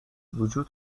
وجود